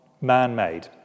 man-made